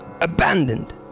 abandoned